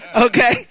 okay